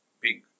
big